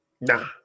Nah